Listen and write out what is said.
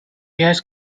has